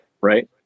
right